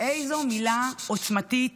איזו מילה עוצמתית